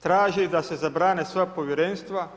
Traži da se zabrane sva povjerenstva.